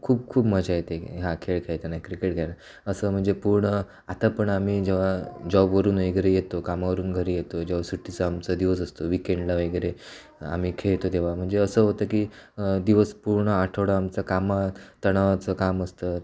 खूप खूप मजा येते हा खेळ खेळताना क्रिकेट खेळ असं म्हणजे पूर्ण आता पण आम्ही जेव्हा जॉबवरून घरी वगैरे येतो कामावरून घरी येतो जेव्हा सुटीचा आमचा दिवस असतो विकेंडला वगैरे आम्ही खेळतो तेव्हा म्हणजे असं होतं की दिवस पूर्ण आठवडा आमचा कामात तणावाचं काम असतं